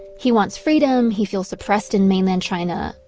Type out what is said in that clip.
he wants freedom. he feels oppressed in mainland china,